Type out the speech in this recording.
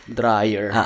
dryer